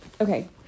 Okay